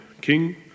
king